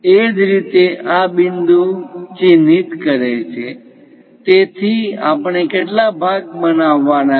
એ જ રીતે આ બિંદુ ચિહ્નિત કરે છે તેથી આપણે કેટલા ભાગ બનાવવાના છે